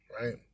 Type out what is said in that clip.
right